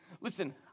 Listen